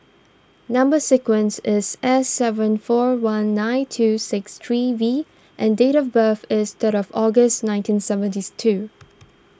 Number Sequence is S seven four one nine two six three V and date of birth is third of August nineteen seventies two